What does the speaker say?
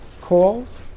calls